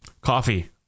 Coffee